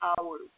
hours